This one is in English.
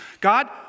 God